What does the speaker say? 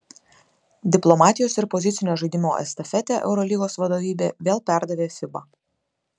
diplomatijos ir pozicinio žaidimo estafetę eurolygos vadovybė vėl perdavė fiba